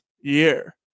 year